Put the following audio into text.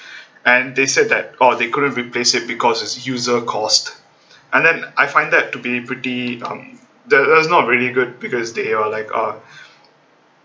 and they said that orh they couldn't replace it because its user caused and then I find that to be pretty um that's not really good because they are like uh